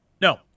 no